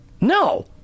No